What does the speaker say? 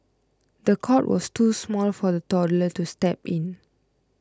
the cot was too small for the toddler to sleep in